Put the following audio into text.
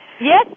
yes